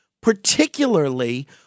particularly